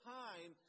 time